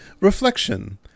Reflection